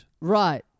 Right